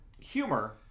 humor